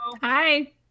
Hi